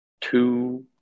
two